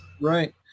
Right